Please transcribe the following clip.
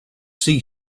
see